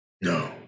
No